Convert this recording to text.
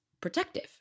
protective